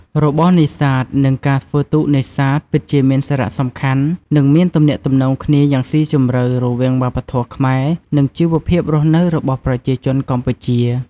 របរនេសាទ និងការធ្វើទូកនេសាទ ពិតជាមានសារៈសំខាន់ និងមានទំនាក់ទំនងគ្នាយ៉ាងស៊ីជម្រៅរវាងវប្បធម៌ខ្មែរ និងជីវភាពរស់នៅរបស់ប្រជាជនកម្ពុជា។